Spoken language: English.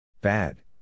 Bad